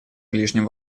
ближнем